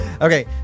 Okay